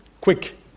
quick